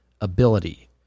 ability